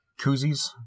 koozies